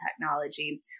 technology